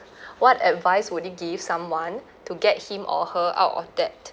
what advice would you give someone to get him or her out of debt